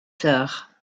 sœurs